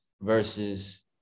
versus